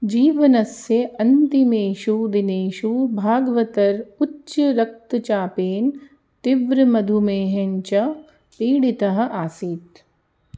जीवनस्य अन्तिमेषु दिनेषु भागवतः उच्चरक्तचापेन तीव्रमधुमेहेन च पीडितः आसीत्